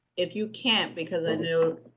if you can't, because i know,